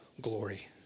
glory